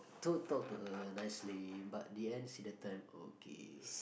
t~ talk to her nicely but the end see the time oh okay